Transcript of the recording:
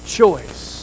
choice